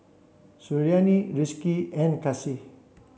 Suriani Rizqi and Kasih